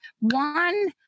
One